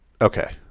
Okay